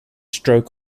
stroke